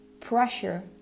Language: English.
pressure